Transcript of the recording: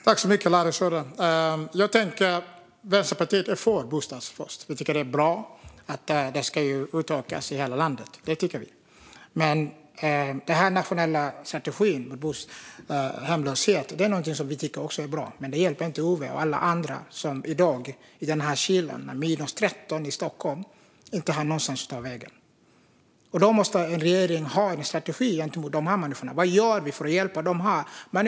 Herr talman! Tack, Larry Söder! Vänsterpartiet är för Bostad först. Vi tycker att det är bra och att det ska utökas i hela landet. Den nationella hemlöshetsstrategin tycker vi också är bra, men den hjälper inte Ove och alla andra som i dag, i den här kylan när det är 13 minusgrader i Stockholm, inte har någonstans att ta vägen. Regeringen måste ha en strategi för dessa människor. Vad gör man för att hjälpa dem?